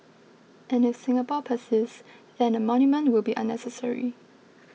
and if Singapore persists then a monument will be unnecessary